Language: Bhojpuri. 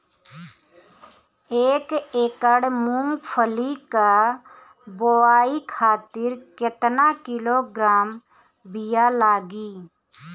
एक एकड़ मूंगफली क बोआई खातिर केतना किलोग्राम बीया लागी?